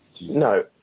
No